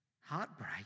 heartbreak